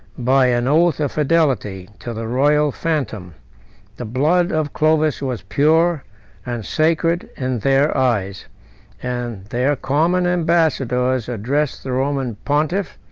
by an oath of fidelity, to the royal phantom the blood of clovis was pure and sacred in their eyes and their common ambassadors addressed the roman pontiff,